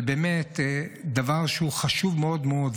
זה באמת דבר שהוא חשוב מאוד מאוד,